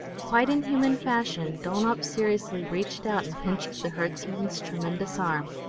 quite in human fashion, dulnop seriously reached out and pinched the herdsman's tremendous arm.